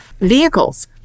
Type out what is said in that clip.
Vehicles